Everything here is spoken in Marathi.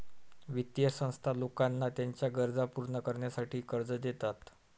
वित्तीय संस्था लोकांना त्यांच्या गरजा पूर्ण करण्यासाठी कर्ज देतात